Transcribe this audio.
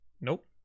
Nope